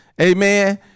Amen